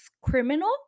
criminal